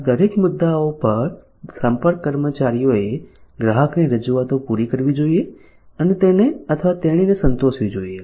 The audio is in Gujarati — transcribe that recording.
આ દરેક મુદ્દાઓ પર સંપર્ક કર્મચારીઓએ ગ્રાહકની જરૂરિયાતો પૂરી કરવી જોઈએ અને તેને અથવા તેણીને સંતોષવી જોઈએ